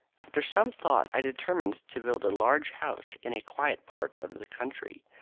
after some thought i determined to build a large house in a quiet part of the country,